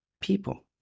people